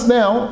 now